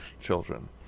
children